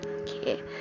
Okay